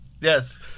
Yes